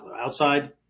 outside